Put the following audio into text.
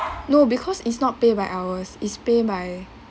no because it's not pay by hours is pay by